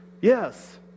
Yes